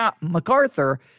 MacArthur